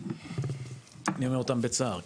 אני אומר אותם בצער,